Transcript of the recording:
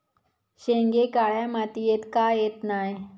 शेंगे काळ्या मातीयेत का येत नाय?